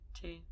two